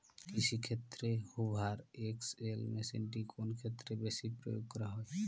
কৃষিক্ষেত্রে Hoover XL মেশিনটি কোন ক্ষেত্রে বেশি প্রয়োগ করা হয়?